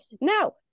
Now